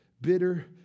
bitter